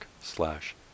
slash